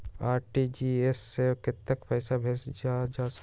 RTGS से कतेक पैसा भेजल जा सकहु???